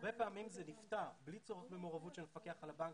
הרבה פעמים זה נפתר בלי צורך במעורבות של המפקח על הבנקים.